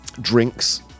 drinks